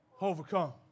overcome